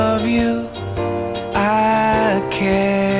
love you i care